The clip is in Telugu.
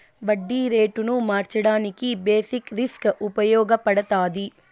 వడ్డీ రేటును మార్చడానికి బేసిక్ రిస్క్ ఉపయగపడతాది